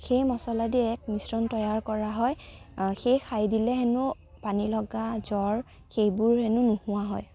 সেই মচলাই দি এক মিশ্ৰণ তৈয়াৰ কৰা হয় সেই খাই দিলে হেনো পানী লগা জ্বৰ সেইবোৰ হেনো নোহোৱা হয়